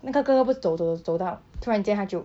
那个哥哥不是走走走走走到突然他就